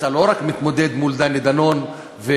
לא רק מתמודד מול דני דנון ופייגלין,